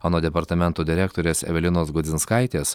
anot departamento direktorės evelinos gudzinskaitės